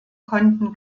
konnten